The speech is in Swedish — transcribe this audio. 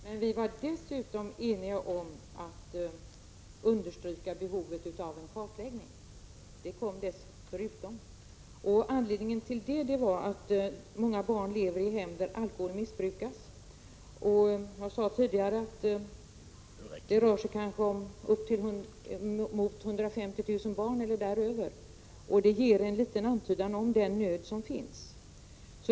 Herr talman! Vi var i socialutskottet eniga om att det alkoholpolitiska rådet måste aktiveras. Vi var dessutom eniga om att understryka behovet av en kartläggning. Det kom därutöver. Anledningen till det är att många barn lever i hem där alkohol missbrukas. Jag sade tidigare att det rör sig om kanske upp emot 150 000 barn eller däröver. Det ger en liten antydan om den nöd som finns.